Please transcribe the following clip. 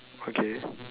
okay